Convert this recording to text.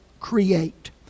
create